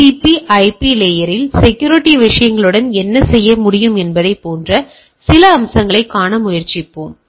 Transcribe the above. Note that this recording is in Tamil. TCP IP லேயரில் செக்யூரிட்டி விஷயங்களுடன் என்ன செய்ய முடியும் என்பதைப் போன்ற சில அம்சங்களைக் காண முயற்சிப்போம்